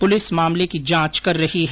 police मामले की जांच कर रही है